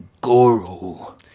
Goro